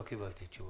לא קיבלתי תשובה.